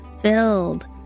filled